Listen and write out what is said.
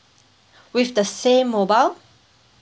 with the same mobile